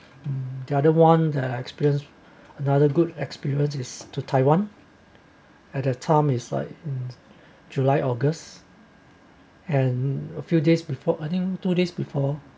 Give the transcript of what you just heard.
the other one that I experience another good experience is to taiwan at the time is like july august and a few days before earnings today's before